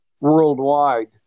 worldwide